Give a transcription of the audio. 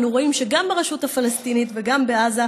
אנו רואים שגם ברשות הפלסטינית וגם בעזה